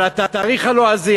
אבל התאריך הלועזי,